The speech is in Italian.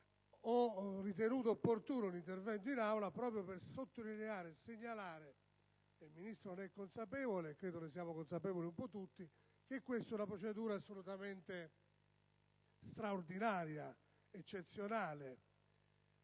ho ritenuto opportuno l'intervento in Aula proprio per sottolineare e segnalare - il Ministro ne è consapevole e ne siamo consapevoli tutti - che si tratta di una procedura assolutamente straordinaria, eccezionale,